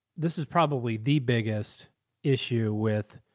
this is probably the biggest issue with,